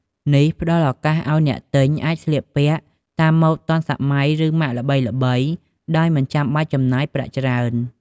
នេះផ្ដល់ឱកាសឱ្យអ្នកទិញអាចស្លៀកពាក់តាមម៉ូដទាន់សម័យ ឬម៉ាកល្បីៗដោយមិនចាំបាច់ចំណាយប្រាក់ច្រើន។